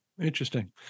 Interesting